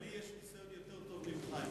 לי יש ניסיון יותר טוב משלך,